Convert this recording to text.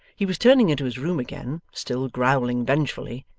he was turning into his room again, still growling vengefully,